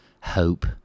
hope